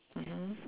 mmhmm